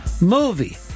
Movie